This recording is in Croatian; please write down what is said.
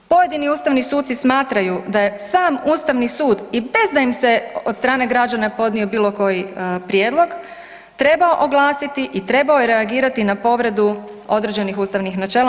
Pojedini ustavni suci smatraju da je sam Ustavni sud i bez da im se od strane građana podnio bilo koji prijedlog trebao oglasiti i trebao je reagirati na povredu određenih ustavnih načela.